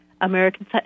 American